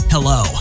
Hello